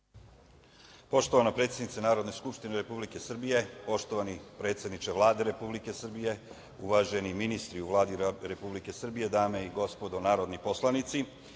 Poštovana predsednice Narodne skupštine Republike Srbije, poštovani predsedniče Vlade Republike Srbije, uvaženi ministri u Vladi Republike Srbije, dame i gospodo narodni poslanici,